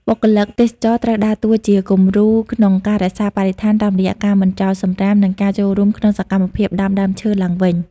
បុគ្គលិកទេសចរណ៍ត្រូវដើរតួជាគំរូក្នុងការរក្សាបរិស្ថាន តាមរយៈការមិនចោលសំរាម និងការចូលរួមក្នុងសកម្មភាពដាំដើមឈើឡើងវិញ។